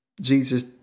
Jesus